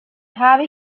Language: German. habe